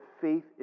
faith